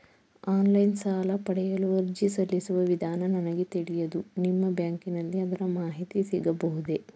Online ಸಾಲ ಪಡೆಯಲು ಅರ್ಜಿ ಸಲ್ಲಿಸುವ ವಿಧಾನ ನನಗೆ ತಿಳಿಯದು ನಿಮ್ಮ ಬ್ಯಾಂಕಿನಲ್ಲಿ ಅದರ ಮಾಹಿತಿ ಸಿಗಬಹುದೇ?